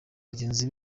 bagenzi